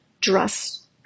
dress